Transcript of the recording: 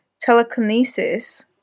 telekinesis